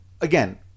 again